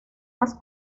las